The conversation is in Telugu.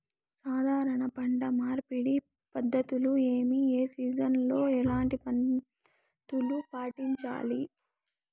సాధారణ పంట మార్పిడి పద్ధతులు ఏవి? ఏ సీజన్ లో ఎట్లాంటి పద్ధతులు పాటించాలి?